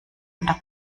unter